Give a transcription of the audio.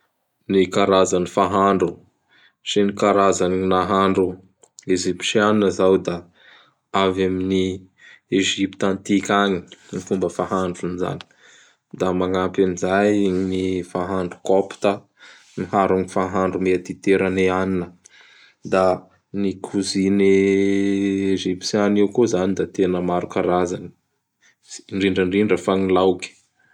Ny karazan'ny fahandro sy n karazan nahandro Ezyptianina zao da avy ami'ny Egypta Antika agny ny fomba fahandrony zany. Da magnampy an zay gn ny fahandro Kôpta miharo ny fahandro Mediteraneanina. Da ny koziny Ezyptianna io koa zany da tena maro karazany, ndrindrandrindra fa gny laoky.